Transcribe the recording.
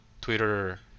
Twitter